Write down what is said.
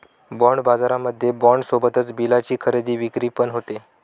bond बाजारामध्ये bond सोबतच बिलाची खरेदी विक्री पण होते